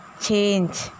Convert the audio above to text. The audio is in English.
change